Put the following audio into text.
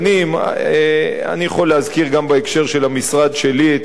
אני יכול להזכיר גם בהקשר של המשרד שלי את ההשקעות